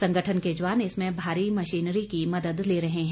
संगठन के जवान इसमें भारी मशीनरी की मदद ले रहे हैं